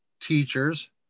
teachers